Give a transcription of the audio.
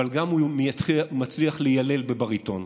אבל הוא גם מצליח ליילל בבריטון.